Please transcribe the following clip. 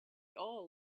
all